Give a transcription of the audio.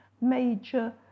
major